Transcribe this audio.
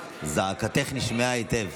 זעקתך נשמעה היטב.